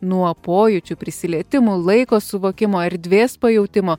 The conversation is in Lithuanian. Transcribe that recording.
nuo pojūčių prisilietimo laiko suvokimo erdvės pajautimo